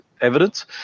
evidence